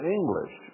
English